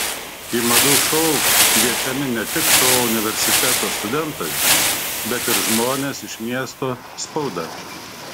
į madų šou kviečiami ne tik to universiteto studentai bet ir žmonės iš miesto spauda